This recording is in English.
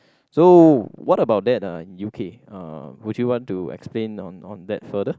so what about that uh in U_K uh would you want to explain on on that further